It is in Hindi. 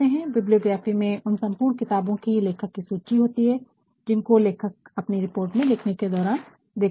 बिबलियोग्राफी में उन सम्पूर्ण किताबो की लेखक की सूची होती है जिनको लेखक अपनी रिपोर्ट लिखने के दौरान देखता है